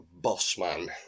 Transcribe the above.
Bossman